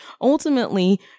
ultimately